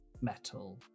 metal